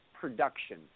production